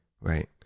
Right